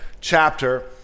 chapter